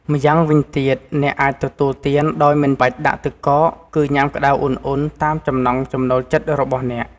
ម្យ៉ាងវិញទៀត អ្នកអាចទទួលទានដោយមិនបាច់ដាក់ទឹកកក គឺញ៉ាំក្តៅឧណ្ហៗតាមចំណង់ចំណូលចិត្តរបស់អ្នក។